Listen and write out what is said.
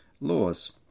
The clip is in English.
laws